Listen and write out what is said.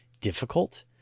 difficult